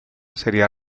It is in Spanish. sería